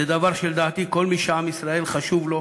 זה דבר שלדעתי, כל מי שעם ישראל חשוב לו,